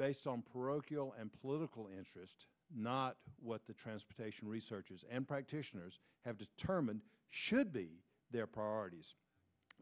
based on parochial and political interest not what the transportation researchers and practitioners have determined should be their priorities